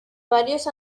varios